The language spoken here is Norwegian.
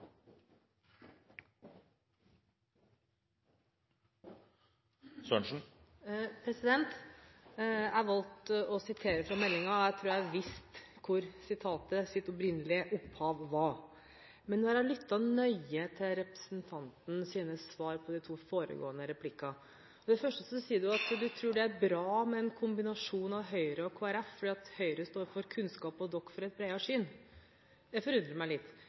Jeg valgte å sitere fra innstillingen – jeg trodde jeg visste hva sitatets opprinnelige opphav var. Jeg har lyttet nøye til representantens svar på de to foregående replikkene – for det første sier representanten at hun tror det er bra med en kombinasjon av Høyre og Kristelig Folkeparti, fordi Høyre står for kunnskap og Kristelig Folkeparti for et bredere syn. Det forundrer meg litt.